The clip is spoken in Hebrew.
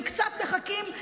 הם קצת מחכים,